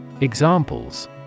Examples